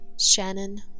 Shannon